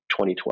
2012